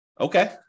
Okay